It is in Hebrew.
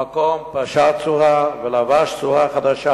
המקום פשט צורה ולבש צורה חדשה,